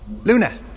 Luna